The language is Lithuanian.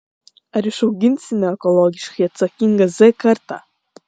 ar išauginsime ekologiškai atsakingą z kartą